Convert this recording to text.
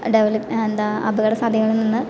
develop എന്താ അപകടസാധ്യതകളിൽ നിന്ന്